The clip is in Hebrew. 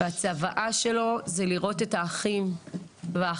הצוואה שלו זה לראות את האחים והאחיות,